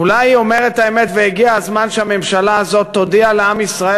אולי הוא אומר את האמת והגיע הזמן שהממשלה הזאת תודיע לעם ישראל